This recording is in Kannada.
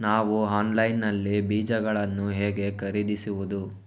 ನಾವು ಆನ್ಲೈನ್ ನಲ್ಲಿ ಬೀಜಗಳನ್ನು ಹೇಗೆ ಖರೀದಿಸುವುದು?